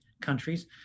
countries